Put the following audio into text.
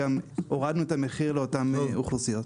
אלא גם הורדנו את המחיר לאותן אוכלוסיות.